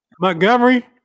Montgomery